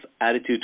attitude